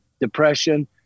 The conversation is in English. depression